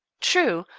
true,